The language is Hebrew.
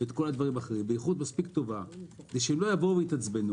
ואת כל הדברים האחרים באיכות מספיק טובה כדי שהם לא יבואו ויתעצבנו